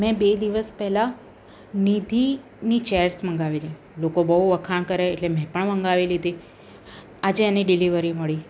મેં બે દિવસ પહેલાં નિધીની ચેર્સ મંગાવી લોકો બહુ વખાણ કરે એટલે મેં પણ મંગાવી લીધી આજે એની ડિલેવરી મળી